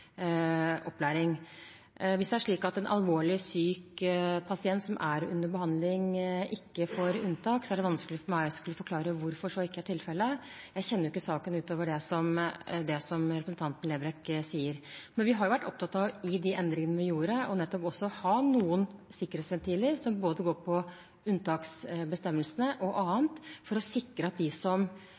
behandling, ikke får unntak, er det vanskelig for meg å skulle forklare hvorfor så ikke er tilfellet, jeg kjenner ikke saken utover det som representanten Lerbrekk sier. Vi har vært opptatt av i de endringene vi gjorde, å ha noen sikkerhetsventiler som går på unntaksbestemmelsene og annet, for å sikre at de som